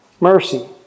Mercy